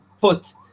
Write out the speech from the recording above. put